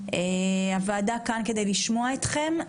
הוועדה כאן כדי לשמוע אתכם,